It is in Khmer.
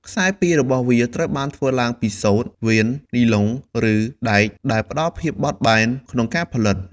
ខ្សែពីររបស់វាត្រូវបានធ្វើពីសូត្រ វៀន នីឡុង ឬដែក ដែលផ្តល់ភាពបត់បែនក្នុងការផលិត។